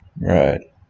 Right